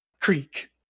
Creek